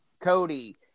Cody